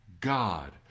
God